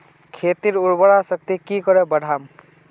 खेतीर उर्वरा शक्ति की करे बढ़ाम?